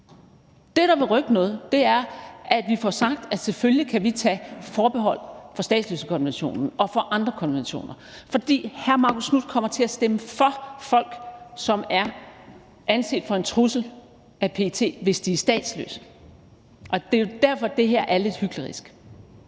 Det, der vil rykke noget, er, at vi får sagt, at selvfølgelig kan vi tage forbehold for statsløsekonventionen og for andre konventioner, for hr. Marcus Knuth kommer til at stemme for folk, som er anset for at være en trussel af PET, hvis de er statsløse, og det er jo derfor, det her er lidt hyklerisk.